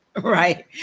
Right